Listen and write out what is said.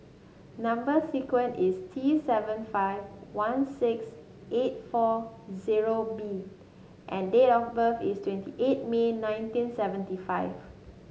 number sequence is T seven five one six eight four zero B and date of birth is twenty eight May nineteen seventy five